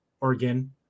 Oregon